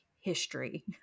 history